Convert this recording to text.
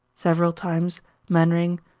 several times mainwaring,